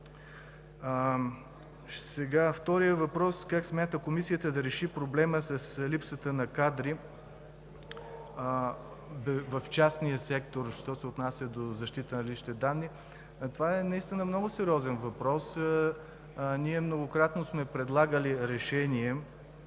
Вторият въпрос: как смята Комисията да реши проблема с липсата на кадри в частния сектор, що се отнася до защита на личните данни? Това наистина е много сериозен въпрос. Ние многократно сме предлагали решение